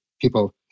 people